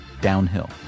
downhill